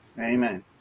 Amen